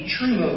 True